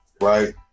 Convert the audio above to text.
Right